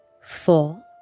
four